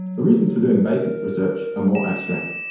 the reasons for doing basic research are more abstract.